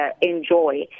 enjoy